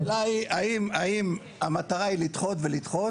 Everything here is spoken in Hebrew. השאלה היא האם המטרה היא לדחות ולדחות